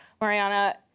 Mariana